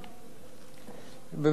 בעיקר בחמש השנים האחרונות,